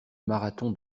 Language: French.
marathon